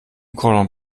cordon